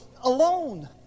alone